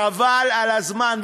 חבל על הזמן.